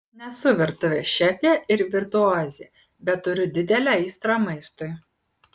nesu virtuvės šefė ir virtuozė bet turiu didelę aistrą maistui